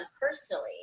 personally